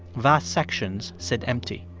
vast sections sit empty.